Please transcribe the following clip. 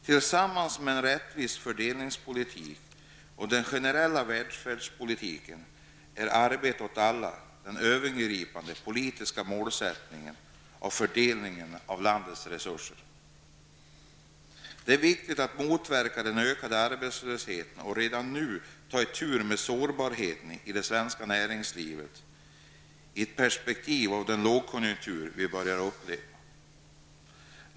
Tillsammans med en rättvis fördelningspolitik och den generella välfärdspolitiken är arbete åt alla den övergripande politiska målsättningen vid fördelningen av landets resurser. Det är viktigt att motverka ökad arbetslöshet och redan nu ta itu med sårbarheten i det svenska näringslivet, i perspektivet av den lågkonjunktur vi börjar uppleva.